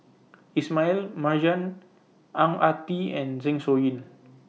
Ismail Marjan Ang Ah Tee and Zeng Shouyin